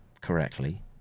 correctly